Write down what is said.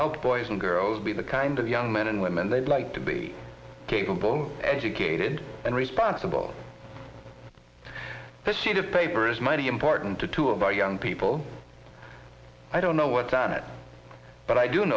help boys and girls be the kind of young men and women they like to be capable educated and responsible the sheet of paper is mighty important to two of our young people i don't know what's on it but i do